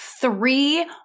three